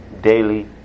daily